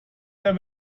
der